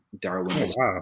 Darwinism